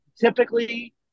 typically